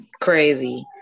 Crazy